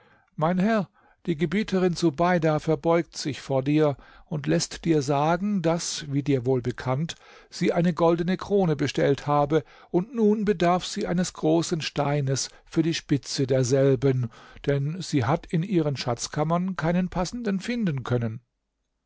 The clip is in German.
mein herr die gebieterin subeida verbeugt sich vor dir und läßt dir sagen daß wie dir wohl bekannt sie eine goldene krone bestellt habe und nun bedarf sie eines großen steines für die spitze derselben denn sie hat in ihren schatzkammern keinen passenden finden können